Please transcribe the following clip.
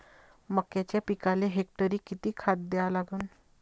मक्याच्या पिकाले हेक्टरी किती खात द्या लागन?